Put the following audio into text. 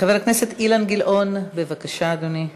חבר הכנסת אילן גילאון, בבקשה, אדוני.